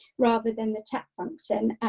rather than the chat function.